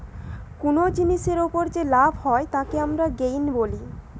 কুনো জিনিসের উপর যে লাভ হয় তাকে আমরা গেইন বলি